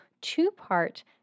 two-part